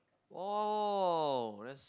oh that's